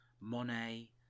Monet